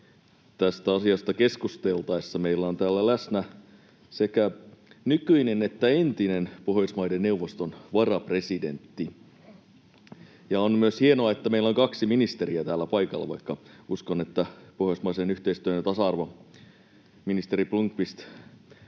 tästä asiasta keskusteltaessa meillä on täällä läsnä sekä nykyinen että entinen Pohjoismaiden neuvoston varapresidentti, ja on myös hienoa, että meillä on kaksi ministeriä täällä paikalla, vaikka uskon, että pohjoismaisen yhteistyön ja tasa-arvon ministeri Blomqvist